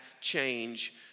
change